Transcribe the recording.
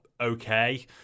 okay